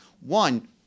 One